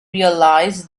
realise